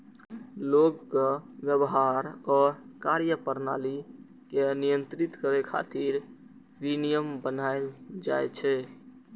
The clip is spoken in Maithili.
लोगक व्यवहार आ कार्यप्रणाली कें नियंत्रित करै खातिर विनियम बनाएल जाइ छै